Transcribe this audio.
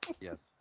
Yes